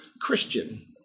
Christian